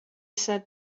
said